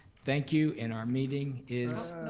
thank you, and our meeting is